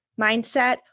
mindset